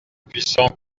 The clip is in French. puissants